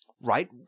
right